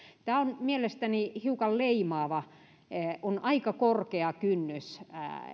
tämä on mielestäni hiukan leimaavaa on aika korkea kynnys